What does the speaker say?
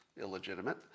illegitimate